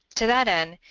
to that end,